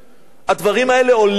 הדברים האלה עולים לנו.